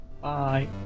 Bye